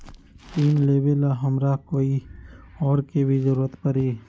ऋन लेबेला हमरा कोई और के भी जरूरत परी?